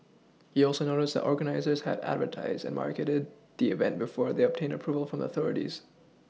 he also noted that the organisers had advertised and marketed the event before they obtained Approval from the authorities